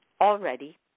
already